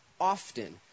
often